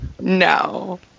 No